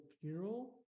funeral